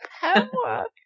Homework